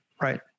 Right